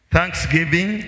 Thanksgiving